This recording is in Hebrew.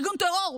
ארגון טרור,